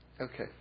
Okay